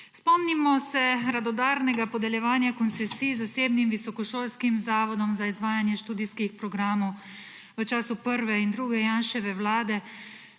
Spomnimo se radodarnega podeljevanja koncesij zasebnim visokošolskim zavodom za izvajanje študijskih programov v času prve in druge Janševe vlade,